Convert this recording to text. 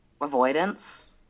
Avoidance